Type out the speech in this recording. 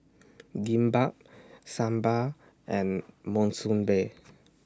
Kimbap Sambar and Monsunabe